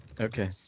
Okay